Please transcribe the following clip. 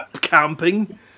camping